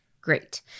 Great